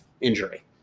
injury